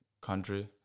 country